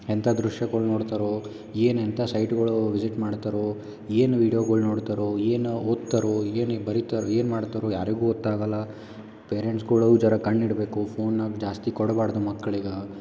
ಎಂಥ ದೃಶ್ಯಗಳ್ ನೋಡ್ತಾರೋ ಏನು ಎಂಥ ಸೈಟ್ಗಳು ವಿಸಿಟ್ ಮಾಡ್ತಾರೋ ಏನು ವಿಡಿಯೋಗಳ್ ನೋಡ್ತಾರೋ ಏನು ಓದ್ತಾರೋ ಏನು ಈಗ ಬರೀತಾರೋ ಏನು ಮಾಡ್ತಾರೋ ಯಾರಿಗು ಗೊತ್ತು ಆಗೋಲ್ಲ ಪೇರೆಂಟ್ಸ್ಗಳು ಜರ ಕಣ್ಣು ಇಡಬೇಕು ಫೋನ ಜಾಸ್ತಿ ಕೊಡಬಾರ್ದು ಮಕ್ಳಿಗೆ